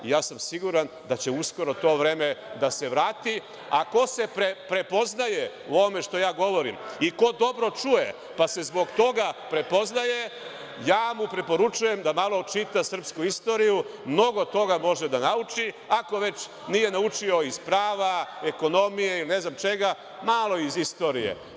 Siguran sam da će uskoro to vreme da se vrati, a ko se prepoznaje u ovome što ja govorim i ko dobro čuje pa se zbog toga prepoznaje, preporučujem mu da malo čita srpsku istoriju, mnogo toga može da nauči, ako već nije naučio iz prava, ekonomije i ne znam čega, malo iz istorije.